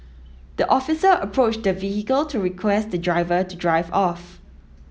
the officer approached the vehicle to request the driver to drive off